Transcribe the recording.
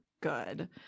good